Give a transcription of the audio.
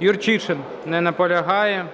Юрчишин. Не наполягає.